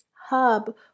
hub